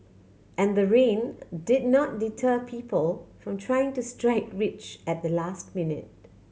and the rain did not deter people from trying to strike rich at the last minute